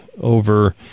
over